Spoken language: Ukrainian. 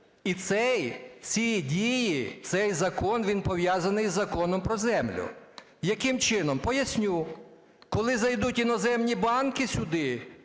іноземні. Цей закон він пов'язаний із законом про землю. Яким чином? Поясню. Коли зайдуть іноземні банки сюди,